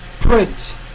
Prince